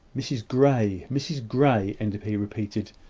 mrs grey, mrs grey, enderby repeated,